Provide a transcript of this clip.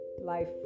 life